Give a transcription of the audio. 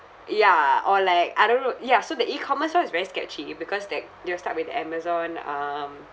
ya or like I don't know ya so the E commerce [one] is very sketchy because like they will start with the Amazon um